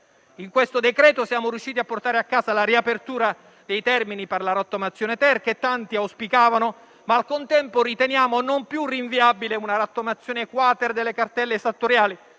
In questo decreto-legge siamo riusciti a portare a casa la riapertura dei termini per la rottamazione-*ter*, che tanti auspicavano, ma al contempo riteniamo non più rinviabile una rottamazione-*quater* delle cartelle esattoriali